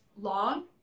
long